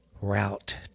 Route